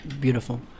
Beautiful